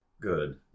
Good